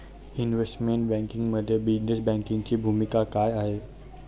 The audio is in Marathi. इन्व्हेस्टमेंट बँकिंगमध्ये बिझनेस बँकिंगची भूमिका काय आहे?